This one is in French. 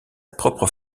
propre